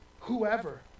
whoever